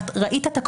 אני מעביר נטל ראיה.